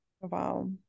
Wow